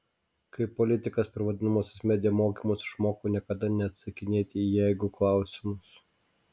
kaip politikas per vadinamuosius media mokymus išmokau niekada neatsakinėti į jeigu klausimus